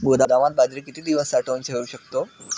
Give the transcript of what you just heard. गोदामात बाजरी किती दिवस साठवून ठेवू शकतो?